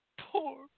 poor